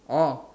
oh